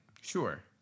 sure